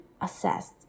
assessed